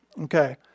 Okay